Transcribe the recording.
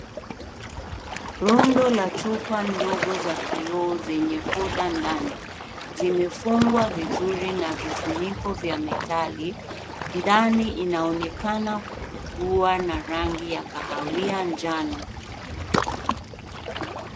Rudo za chupa ndogo za kioo zenye poda ndani, zinefungwa vizuri na vifuniko vya metali, ndani inaonekana kuwa na rangi ya kahawia njano.